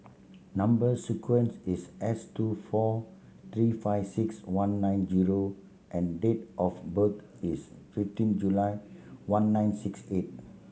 number sequence is S two four three five six one nine zero and date of birth is fifteen July one nine six eight